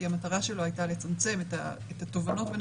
כי המטרה שלו הייתה לצמצם את התובענות בין